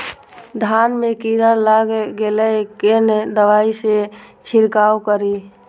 धान में कीरा लाग गेलेय कोन दवाई से छीरकाउ करी?